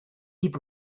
heap